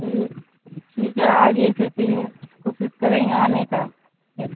جی ٹھیک ہے آگے سے پھر کوشش کریں گے آنے کا پھر